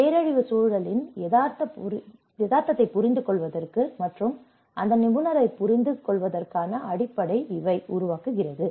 பேரழிவு சூழலின் எதார்த்தத்தை புரிந்து கொள்வதற்கு மற்றும் அந்த நிபுணரை புரிந்து கொள்வதற்கான அடிப்படை இவை உருவாக்குகிறது